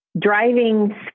driving